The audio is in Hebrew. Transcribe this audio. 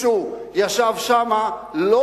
זאב אלקין (הליכוד): ישראל חסון (קדימה): אה,